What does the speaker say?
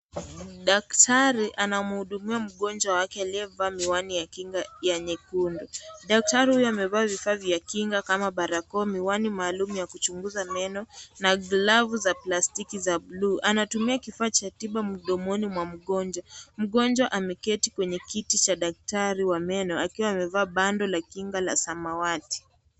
Daktari anamhudumia mgonjwa wake aliyevaa miwani ya kinga ya nyekundu , daktari huyo amevaa vifaa vya kinga kama barakoa, miwani maalum ya kuchunguza meno na glavu za plastiki za bluu. Anatumia kifaa cha tiba mdomoni mwa mgonjwa. Mgonjwa ameketi kwenye kiti cha daktari wa meno akiwa amevaa bando la kinga la samawati.